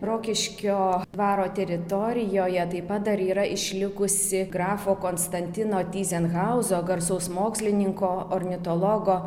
rokiškio dvaro teritorijoje taip pat dar yra išlikusi grafo konstantino tyzenhauzo garsaus mokslininko ornitologo